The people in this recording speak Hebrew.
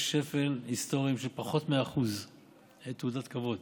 שפל היסטוריים של פחות מ-1% תעודת כבוד.